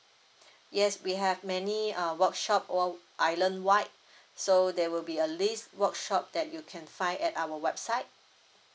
yes we have many uh workshop on island white so there will be a list workshop that you can find at our website